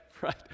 right